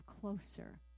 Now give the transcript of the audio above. closer